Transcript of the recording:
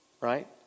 Right